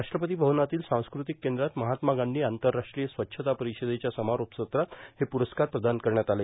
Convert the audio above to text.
राष्ट्रपती भवनातील सांस्कृतिक केंद्रात महात्मा गांधी आंतरराष्ट्रीय स्वच्छता परिषदेच्या समारोप सत्रात हे प्ररस्कार प्रदान करण्यात आले